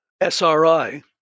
SRI